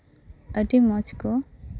ᱟᱹᱰᱤ ᱢᱚᱸᱡ ᱠᱚ